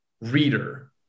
reader